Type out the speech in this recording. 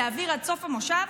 להעביר עד סוף המושב,